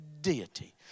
deity